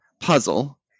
puzzle